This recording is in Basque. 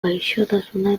gaixotasuna